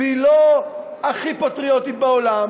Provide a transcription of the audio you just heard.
והיא לא הכי פטריוטית בעולם.